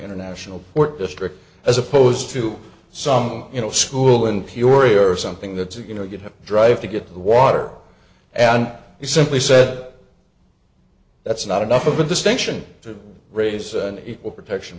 international court district as opposed to some you know school in peoria or something that's you know you'd have to drive to get the water and you simply said that's not enough of a distinction to raise an equal protection